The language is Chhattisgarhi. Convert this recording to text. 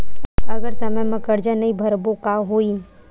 अगर समय मा कर्जा नहीं भरबों का होई?